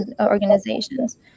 organizations